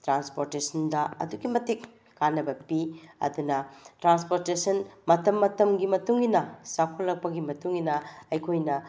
ꯇ꯭ꯔꯥꯟꯁꯄꯣꯔꯇꯦꯁꯟꯗ ꯑꯗꯨꯛꯀꯤ ꯃꯇꯤꯛ ꯀꯥꯟꯅꯕ ꯄꯤ ꯑꯗꯨꯅ ꯇ꯭ꯔꯥꯟꯁꯄꯣꯔꯇꯦꯁꯟ ꯃꯇꯝ ꯃꯇꯝꯒꯤ ꯃꯇꯨꯡ ꯏꯟꯅ ꯆꯥꯎꯈꯠꯂꯛꯄꯒꯤ ꯃꯇꯨꯡ ꯏꯟꯅ ꯑꯩꯈꯣꯏꯅ